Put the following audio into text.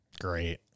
Great